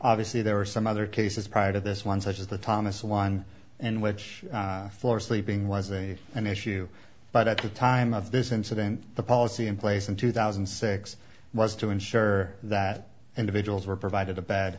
obviously there are some other cases prior to this one such as the thomas one in which floor sleeping was a an issue but at the time of this incident the policy in place in two thousand and six was to ensure that individuals were provided the bad